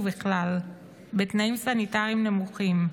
ובכלל בתנאים סניטריים נמוכים,